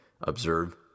Observe